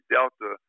Delta